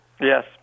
Yes